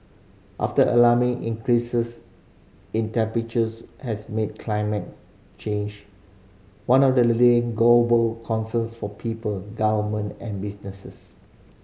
after alarming increases in temperatures has made climate change one of the leading global concerns for people government and businesses